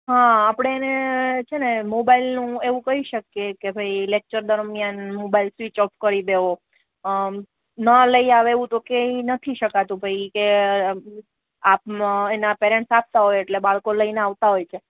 હા આપડે એને છે ને મોબાઈલનું એવું કહી શકીએ કે ભાઈ લેક્ચર દરમિયાન મોબાઈલ સ્વિચ ઓફ કરી દેવો ન લઈ આવો એવું તો કહી નથી શકાતું કે ભાઈ આપ એના પેરેન્ટ્સ આપતા હોય એટલે બાળકો લઈને આવતા હોય છે